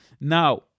Now